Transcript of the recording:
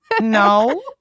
No